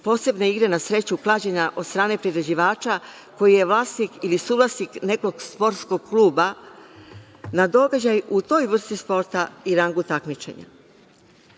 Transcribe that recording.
posebne igre na sreću, klađenja od strane priređivača koji je vlasnik ili suvlasnik nekog sportskog kluba, na događaj u toj vrsti sporta i rangu takmičenja. Novina